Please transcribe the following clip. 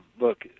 look